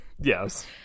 yes